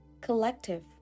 collective